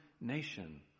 nation